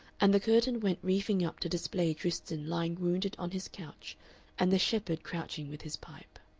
and the curtain went reefing up to display tristan lying wounded on his couch and the shepherd crouching with his pipe.